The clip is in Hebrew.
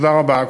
תודה רבה.